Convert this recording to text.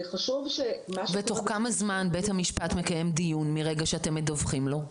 חשוב ש תוך כמה זמן בית המשפט מקיים דיון מרגע שאתם מדווחים לו?